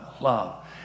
love